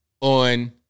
on